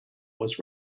was